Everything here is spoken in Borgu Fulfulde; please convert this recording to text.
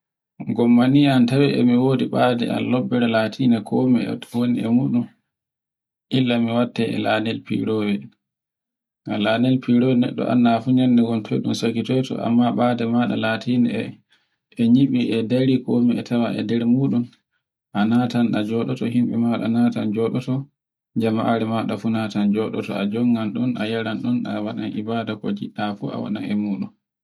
gomma ni I tawe e mi wodibade an lobbere latinde komi e woni komi, illa mi watte e lanel firoyel ngam lanol firoyen neɗɗo anna fu yande goo fu dun sakitoyto, amma latinde e nyibi e dari ko tawi e nder muɗun a natan e joɗoto jamaare maɗa funan nata joɗoto, a yanaran ɗon, a waɗai ibada ko ngiɗɗa fu a wonai e muɗum.